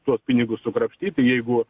tuos pinigus sukrapštyt jeigu